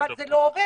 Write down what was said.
אבל זה לא עובד.